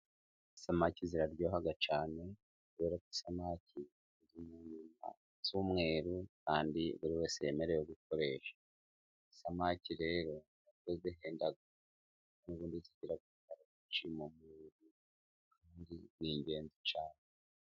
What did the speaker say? Isamaki ziraryoha cyane rero isamaki z'umweru kandi buri wese yemerewe gukoresha, isamake rero n'ubwo zihenda ariko zigira akamaro ni ingenzi cyane.